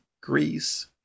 Greece